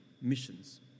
missions